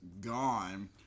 gone